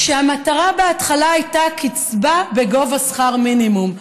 כשהמטרה בהתחלה הייתה קצבה בגובה שכר מינימום.